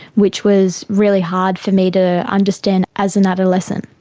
which was really hard for me to understand as an adolescent.